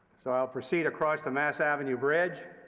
so i'll proceed across the mass avenue bridge.